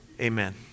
Amen